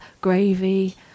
gravy